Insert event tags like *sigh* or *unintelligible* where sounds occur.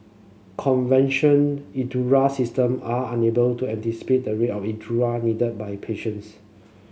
convention *unintelligible* system are unable to anticipate the rate of *unintelligible* needed by patients